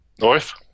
North